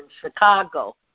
Chicago